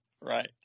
Right